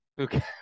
Okay